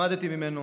למדתי ממנו.